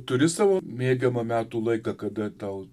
turi savo mėgiamą metų laiką kada tau